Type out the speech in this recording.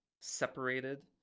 separated